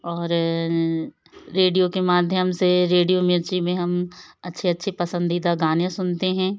और रेडियो के माध्यम से रेडियो मिर्ची में हम अच्छे अच्छे पसंदीदा गाने सुनते हैं